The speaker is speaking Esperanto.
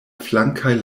flankaj